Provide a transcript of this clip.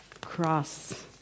cross